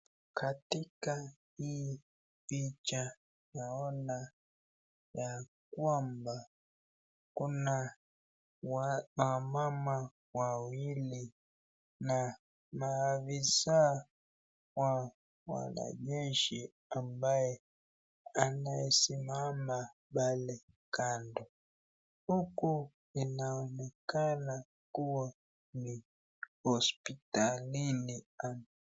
Katika picha naona ya kwamba kuna wamama wawili na maofisa wanajeshi ambaye anasimama pale kando huku inaonekana kuwa ni hospitalini.